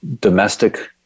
domestic